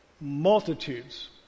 multitudes